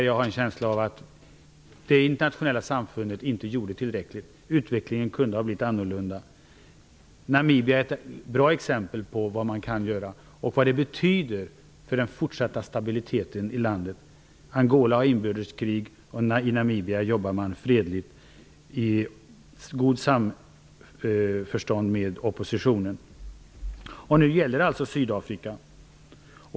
Jag har en känsla av att det internationella samfundet inte gjorde tillräckligt där. Utvecklingen hade kunnat bli annorlunda. Namibia är ett bra exempel på vad man kan göra och vad det betyder för den fortsatta stabiliteten i landet. Angola har inbördeskrig, men i Namibia jobbar man fredligt mot samförstånd med oppositionen. Nu gäller det alltså Sydafrika.